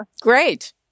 Great